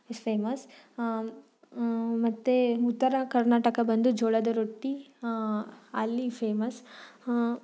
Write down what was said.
is famous ಮತ್ತು ಉತ್ತರ ಕರ್ನಾಟಕ ಬಂದು ಜೋಳದ ರೊಟ್ಟಿ ಅಲ್ಲಿ ಫೇಮಸ್